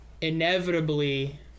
inevitably